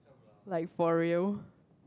like for real